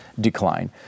decline